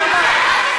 מה זה קשור?